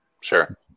Sure